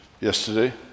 yesterday